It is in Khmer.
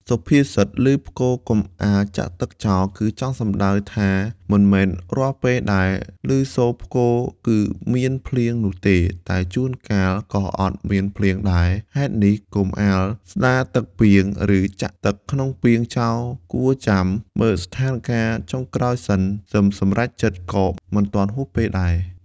សុភាសិត "ឮផ្គរ កុំអាលចាក់ទឹកចោល" គឺចង់សំដៅថាមិនមែនរាល់ពេលដែលឮសូរផ្គរគឺមានភ្លៀង នោះទេតែជួនកាល ក៏អត់មានភ្លៀងដែរហេតុនេះកុំអាលស្តារទឹកពាងឬចាក់ទឹកក្នុងពាងចោលគួរចាំ មើលស្ថានការណ៍ចុងក្រោយសិនសឹមសម្រេចចិត្តក៏មិនទាន់ហួសពេលដែរ។